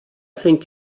think